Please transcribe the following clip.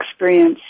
experience